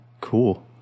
Cool